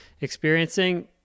experiencing